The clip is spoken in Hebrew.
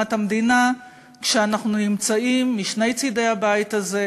להקמת המדינה כשאנחנו נמצאים משני צדי הבית הזה,